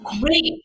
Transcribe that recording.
Great